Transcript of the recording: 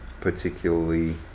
particularly